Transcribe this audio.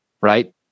right